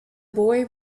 boy